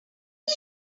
his